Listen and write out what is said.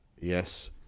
Yes